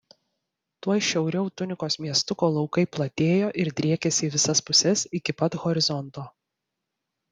tuoj šiauriau tunikos miestuko laukai platėjo ir driekėsi į visas puses iki pat horizonto